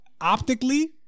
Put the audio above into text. optically